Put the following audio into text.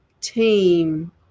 team